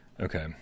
Okay